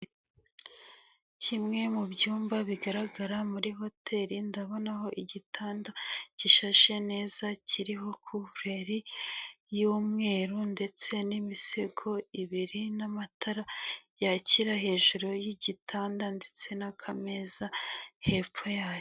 Kimwe mu byumba bigaragara muri hoteli ndabona aho igitanda gishashe neza kiriho kuvuleri y'umweru ndetse n'imisego ibiri n'amatara yakira hejuru y'igitanda ndetse n'akameza hepfo yayo.